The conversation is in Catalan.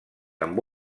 amb